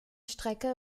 strecke